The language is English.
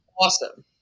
Awesome